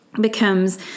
becomes